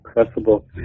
accessible